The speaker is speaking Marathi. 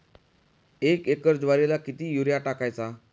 एक एकर ज्वारीला किती युरिया टाकायचा?